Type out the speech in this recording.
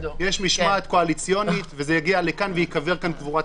ג'ני צ'רוואני: הייתי רדופה כשהחייתי אתו.